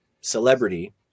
celebrity